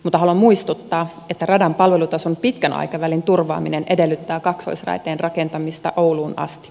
otala muistuttaa että radan palvelutason pitkän aikavälin turvaaminen edellyttää kaksoisraiteen rakentamista ouluun asti